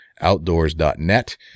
outdoors.net